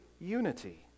unity